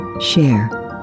share